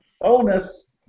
Bonus